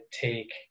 take